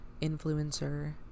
influencer